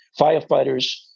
firefighters